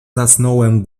zasnąłem